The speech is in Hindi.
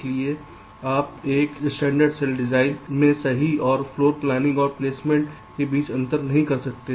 इसलिए आप एक मानक सेल डिज़ाइन में सही में फ्लोर प्लैनिंग और प्लेसमेंट के बीच अंतर नहीं कर सकते